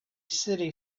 city